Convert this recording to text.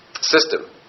system